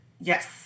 yes